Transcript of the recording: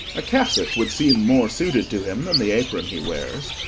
a cassock would seem more suited to him than the apron he wears.